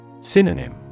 Synonym